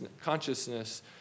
consciousness